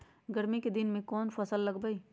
गर्मी के दिन में कौन कौन फसल लगबई?